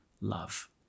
love